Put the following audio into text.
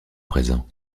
présent